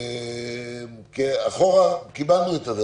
אחורה קיבלנו את זה.